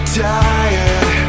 tired